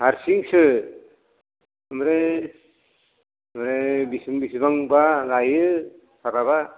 हारसिंसो ओमफ्राय ओमफ्राय बिसिबां बिसिबां बा लायो साराबा